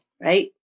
right